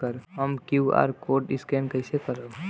हम QR code scan कइसे करब?